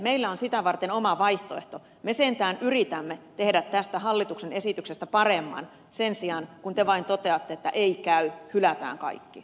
meillä on sitä varten oma vaihtoehto me sentään yritämme tehdä tästä hallituksen esityksestä paremman sen sijaan kun te vain toteatte että ei käy hylätään kaikki